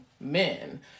men